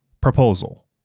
Proposal